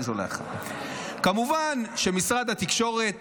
כמובן, משרד התקשורת